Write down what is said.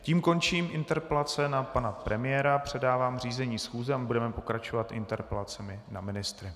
Tím končím interpelace na pana premiéra, předávám řízení schůze a budeme pokračovat interpelacemi na ministry.